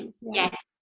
yes